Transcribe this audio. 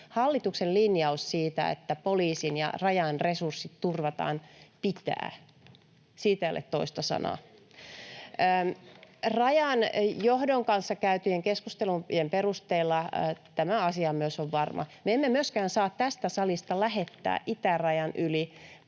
Hallituksen linjaus siitä, että poliisin ja Rajan resurssit turvataan, pitää. Siitä ei ole toista sanaa. [Petri Honkonen: Kehyksissä on vähän toisella tavalla!] Myös Rajan johdon kanssa käytyjen keskustelujen perusteella tämä asia on varma. Me emme myöskään saa tästä salista lähettää itärajan yli puheilla